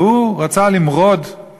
והוא רצה למרוד,